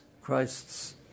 Christ's